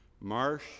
Marsh